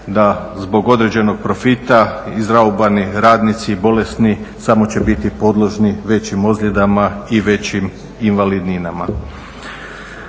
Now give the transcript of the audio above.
da zbog određenog profita izraubani radnici i bolesni samo će biti podložni većim ozljedama i većim invalidninama.